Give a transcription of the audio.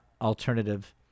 alternative